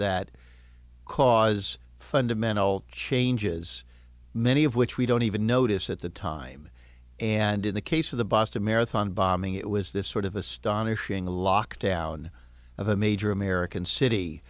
that cause fundamental changes many of which we don't even notice at the time and in the case of the boston marathon bombing it was this sort of astonishing lockdown of a major american city